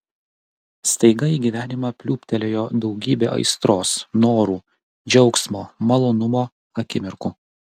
staiga į gyvenimą pliūptelėjo daugybė aistros norų džiaugsmo malonumo akimirkų